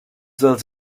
dels